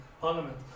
parliament